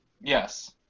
Yes